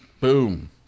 Boom